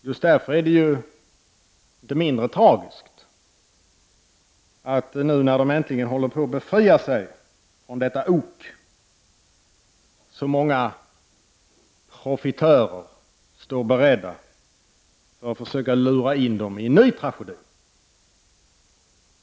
Just därför är det ju inte mindre tragiskt, att nu, när de äntligen håller på att befria sig från detta ok, många profitörer står beredda för att försöka lura in dem i en ny tragedi.